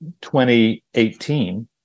2018